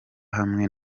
hamwe